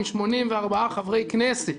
עם 84 חברי כנסת,